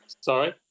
Sorry